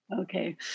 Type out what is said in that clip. Okay